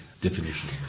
definition